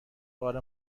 بار